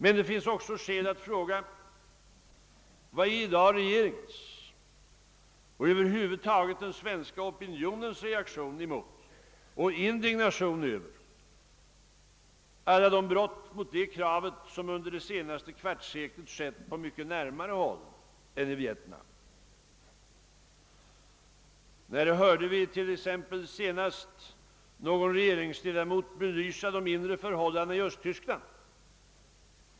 Men det finns också skäl att fråga vilken regeringens och över huvud taget den svenska opinionens reaktion i dag är mot och hur stor dess indignation över alla de brott mot detta krav som under det senaste kvartsseklet begåtts på mycket närmare håll än i Vietnam. När hörde vi t.ex. senast någon regeringsledamot belysa de inre förhållandena i Östtyskland?